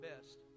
best